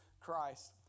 Christ